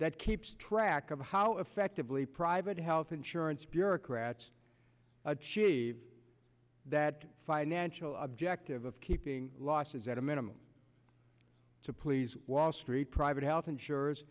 that keeps track of how effectively private health insurance bureaucrats achieve that financial objective of keeping losses at a minimum to please wall street private health insur